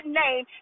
name